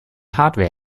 hardware